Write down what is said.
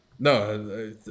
No